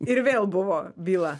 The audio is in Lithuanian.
ir vėl buvo byla